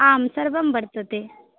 आं सर्वं वर्तते